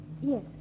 Yes